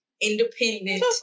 independent